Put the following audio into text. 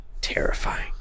Terrifying